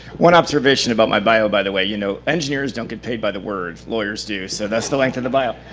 one observation about my bio, by the way, you know engineers don't get paid by the word. lawyers do. so thus, the length of the bio.